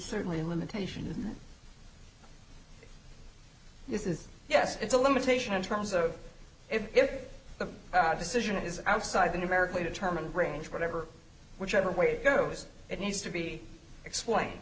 certainly a limitation of this is yes it's a limitation in terms of if the decision is outside the numerically determined range whatever whichever way it goes it needs to be explain